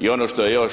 I ono što je još